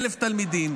1,000 תלמידים,